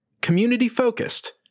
Community-focused